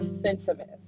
sentiment